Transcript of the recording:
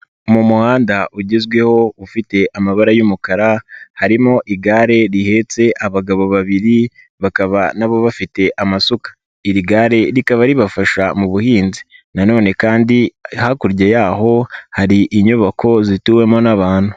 Mu muhanda ugezweho ufite amabara y'umukara harimo igare rihetse abagabo babiri bakaba na bo bafite amasuka, iri gare rikaba ribafasha mu buhinzi nanone hakurya y'aho hari inyubako zituwemo n'abantu.